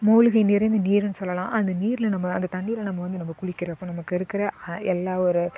மூலிகை நிறைந்த நீருன்னு சொல்லலாம் அந்த நீரில் நம்ம அந்த தண்ணியில் நம்ம வந்து நம்ம குளிக்கிறப்போ நமக்கு இருக்கிற எல்லா ஒரு